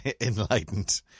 enlightened